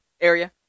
area